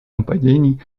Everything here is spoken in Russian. нападений